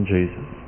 Jesus